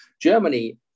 Germany